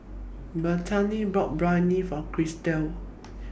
Bettina bought Biryani For Chrystal